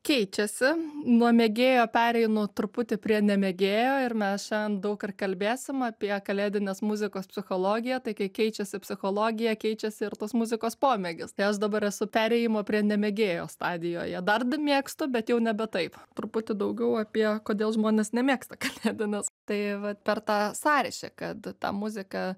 keičiasi nuo mėgėjo pereinu truputį prie nemėgėjo ir mes šiandien daug ir kalbėsim apie kalėdinės muzikos psichologiją tai keičiasi psichologija keičiasi ir tos muzikos pomėgis tai aš dabar esu perėjimo prie nemėgėjo stadijoje dar mėgstu bet jau nebe taip truputį daugiau apie kodėl žmonės nemėgsta kalėdinės tai vat per tą sąryšį kad tą muziką